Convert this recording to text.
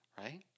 right